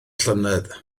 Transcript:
llynedd